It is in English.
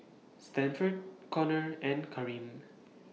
Stanford Conor and Kareem